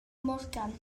morgan